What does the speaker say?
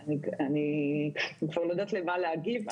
אני כבר לא יודעת למה להגיב.